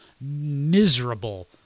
miserable